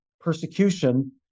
persecution